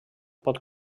pot